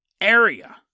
area